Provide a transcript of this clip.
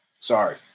Sorry